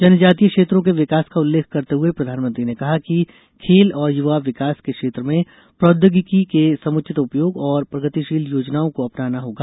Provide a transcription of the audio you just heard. जनजतीय क्षेत्रों के विकास का उल्लेरख करते हुए प्रधानमंत्री ने कहा कि खेल और युवा विकास के क्षेत्र में प्रौद्योगिकी के समुचित उपयोग और प्रगतिशील योजनाओं को अपनाना होगा